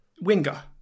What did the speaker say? Winger